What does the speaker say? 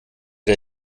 der